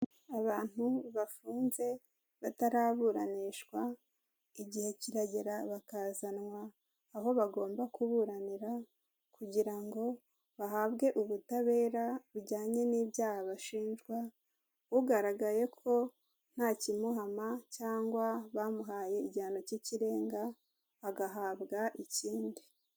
Abantu bafunze bataraburanishwa, igihe kiragera bakazanwa aho bagomba kuburanira kugira ngo bahabwe ubutabera, bujyanye n'ibyaha bashinjwa. Ugaragaye ko ntakimuhama cyangwa bamuhaye igihano cy'ikirenga agahabwa ikindi.